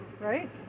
Right